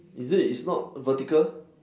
is it it's not vertical